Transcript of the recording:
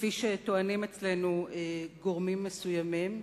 כפי שטוענים אצלנו גורמים מסוימים,